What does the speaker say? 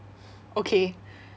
okay